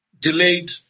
Delayed